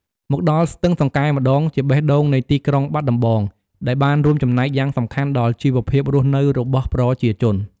មកដល់ស្ទឹងសង្កែម្តងជាបេះដូងនៃទីក្រុងបាត់ដំបង ដែលបានរួមចំណែកយ៉ាងសំខាន់ដល់ជីវភាពរស់នៅរបស់ប្រជាជន។